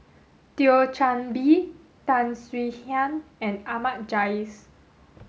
Thio Chan Bee Tan Swie Hian and Ahmad Jais